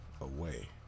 away